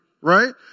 Right